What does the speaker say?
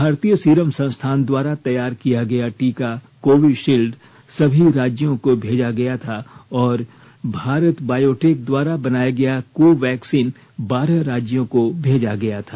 भारतीय सीरम संस्थान द्वारा तैयार किया गया टीका कोविशील्ड सभी राज्यों को भेजा गया था और भारत बायोटेक द्वारा बनाया गया कोवैक्सीन बारह राज्यों को भेजा गया था